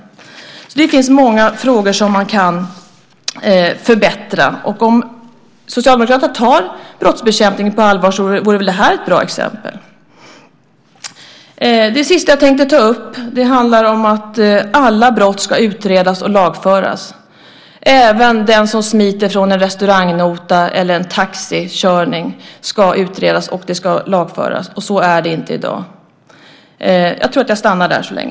Det finns många frågor där man kan förbättra, och om Socialdemokraterna tar brottsbekämpningen på allvar vore väl det här ett bra exempel. Det sista jag tänkte ta upp handlar om att alla brott ska utredas och lagföras. Det ska utredas även när någon smiter från en restaurangnota eller en taxikörning, och det ska lagföras. Så är det inte i dag. Jag tror att jag stannar där så länge.